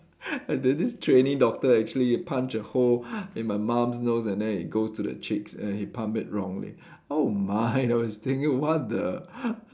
there's this trainee doctor actually punch a hole in my mum nose and then it goes to the cheeks and he pump it wrongly oh my I was thinking what the